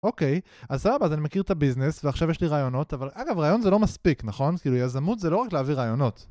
אוקיי, אז סבבה, אז אני מכיר את הביזנס, ועכשיו יש לי רעיונות, אבל אגב, רעיון זה לא מספיק, נכון? כאילו, יזמות זה לא רק להביא רעיונות.